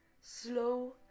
slow